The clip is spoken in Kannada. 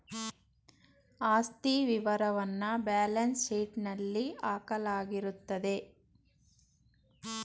ಆಸ್ತಿ ವಿವರವನ್ನ ಬ್ಯಾಲೆನ್ಸ್ ಶೀಟ್ನಲ್ಲಿ ಹಾಕಲಾಗಿರುತ್ತದೆ